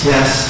Yes